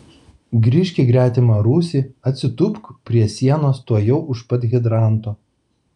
grįžk į gretimą rūsį atsitūpk prie sienos tuojau pat už hidranto